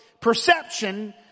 perception